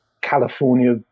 California